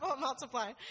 multiply